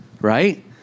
right